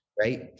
right